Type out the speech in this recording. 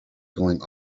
going